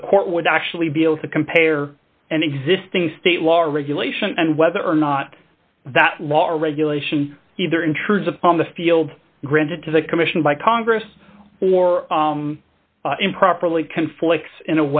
the court would actually be able to compare an existing state law or regulation and whether or not that law or regulation either intrudes upon the field granted to the commission by congress or improperly conflicts in